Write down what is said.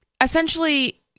essentially